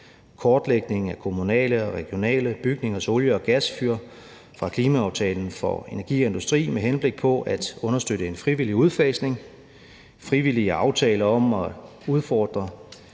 kortlægning af kommunale og regionale bygningers olie- og gasfyr fra »Klimaaftale for energi og industri m.v 2020« med henblik på at understøtte en frivillig udfasning; frivillige aftaler om at opfordre